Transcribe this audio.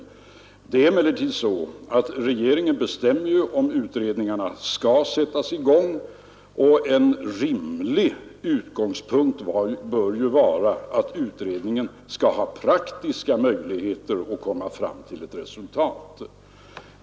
Det förhåller sig emellertid så att regeringen bestämmer om utredningar skall sättas i gång, och en rimlig utgångspunkt bör vara att utredningen skall ha praktiska möjligheter att komma fram till ett resultat.